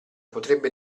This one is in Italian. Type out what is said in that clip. potrebbe